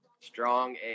strong